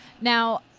Now